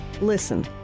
Listen